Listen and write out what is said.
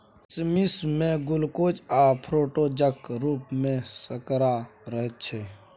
किसमिश मे ग्लुकोज आ फ्रुक्टोजक रुप मे सर्करा रहैत छै